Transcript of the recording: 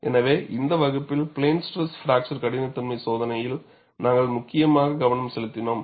எனவே இந்த வகுப்பில் பிளேன் ஸ்ட்ரெஸ் பிராக்சர் கடினத்தன்மை சோதனையில் நாங்கள் முக்கியமாக கவனம் செலுத்தினோம்